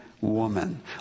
woman